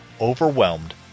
overwhelmed